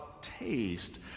taste